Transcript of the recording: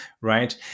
Right